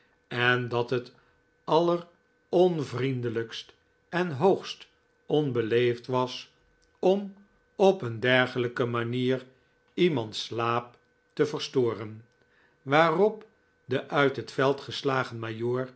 en dat het alleronvriendelijkst en hoogst onbeleefd was om op een dergelijke manier iemands slaap te verstoren waarop de uit het veld geslagen